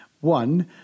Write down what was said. One